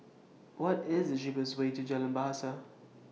What IS The cheapest Way to Jalan Bahasa